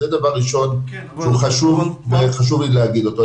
זה דבר ראשון, הוא חשוב וחשוב להגיד אותו.